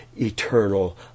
eternal